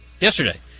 yesterday